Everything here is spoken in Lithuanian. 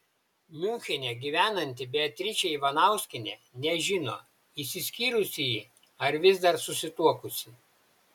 miunchene gyvenanti beatričė ivanauskienė nežino išsiskyrusi ji ar vis dar susituokusi